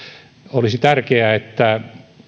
olisi tärkeää että